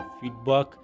feedback